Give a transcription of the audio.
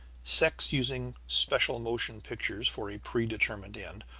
sects using special motion pictures for a predetermined end,